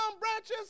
branches